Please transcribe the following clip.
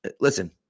Listen